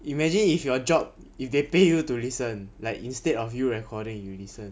imagine if your job if they pay you to listen like instead of you recording you listen